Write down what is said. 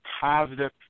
positive